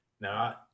Now